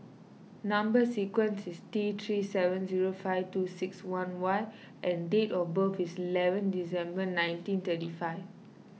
Number Sequence is T three seven zero five two six one Y and date of birth is eleven December nineteen thirty five